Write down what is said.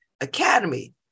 academy